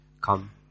Come